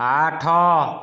ଆଠ